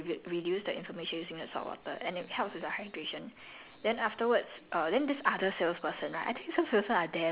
okay it's inflammation inflammation is like bacterial ah so like you'll get to redu~ reduce the inflammation using the saltwater and it helps with the hydration